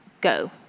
go